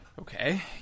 Okay